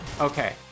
Okay